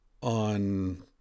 on